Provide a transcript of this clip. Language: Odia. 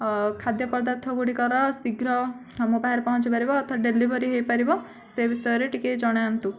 ଖାଦ୍ୟ ପଦାର୍ଥଗୁଡ଼ିକର ଶୀଘ୍ର ଆମ ବାହାରେ ପହଞ୍ଚିପାରିବ ଅର୍ଥ ଡ଼େଲିଭରି ହୋଇପାରିବ ସେ ବିଷୟରେ ଟିକେ ଜଣାନ୍ତୁ